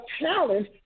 challenge